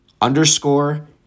underscore